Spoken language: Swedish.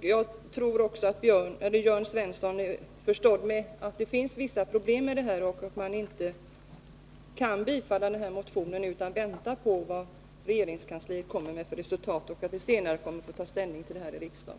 Jag tror också att Jörn Svensson är införstådd med att det finns vissa problem i sammanhanget och att man inte kan bifalla motionen utan att vänta på vad regeringskansliet kommer till för resultat och att vi senare får ta ställning här i riksdagen.